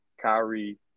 Kyrie